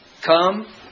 come